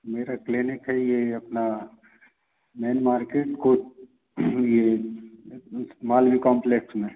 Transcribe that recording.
मेरा क्लिनिक है यह अपना मेन मार्केट कु यह मालवी कॉम्प्लेक्स में